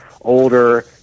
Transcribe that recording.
older